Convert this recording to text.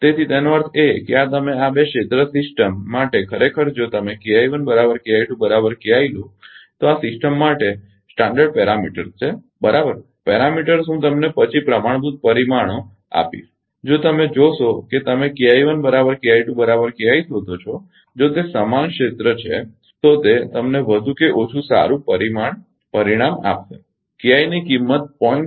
તેથી આનો અર્થ એ કે આ તમે આ બે ક્ષેત્ર સિસ્ટમ માટે ખરેખર જો તમે લો તો આ સિસ્ટમ માટે પ્રમાણભૂત પરિમાણો છે બરાબર પરિમાણોparameters હું તમને પછી પ્રમાણભૂત પરિમાણો આપીશ જો તમે જોશો કે તમે શોધો છો જો તે સમાન ક્ષેત્ર છે તો તે તમને વધુ કે ઓછું સારું પરિણામ આપશે ની કિંમત 0